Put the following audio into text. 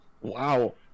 Wow